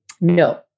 No